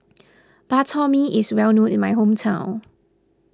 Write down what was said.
Bak Chor Mee is well known in my hometown